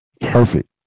perfect